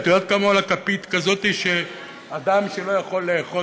את יודעת כמה עולה כפית כזאת של אדם שלא יכול לאחוז?